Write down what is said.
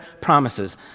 promises